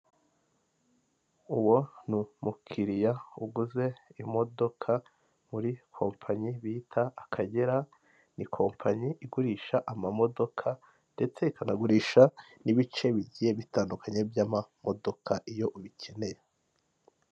Inzu y'ubucuruzi bw'ibarizo aho babaza intebe mu bwoko bw'imbaho utumeza n'intebe zibajwe ziriho n'imyenda hari umuhanda wegeranye n'iyo nzu uwo muhanda uriho ikinyabiziga cya moto.